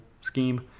scheme